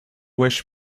wish